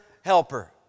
helper